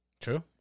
True